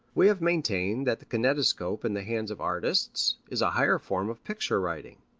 we have maintained that the kinetoscope in the hands of artists is a higher form of picture writing.